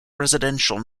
residential